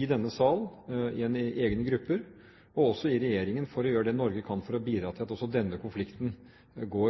i denne sal, igjen i egne grupper og også i regjeringen, for å gjøre det Norge kan for å bidra til at også denne konflikten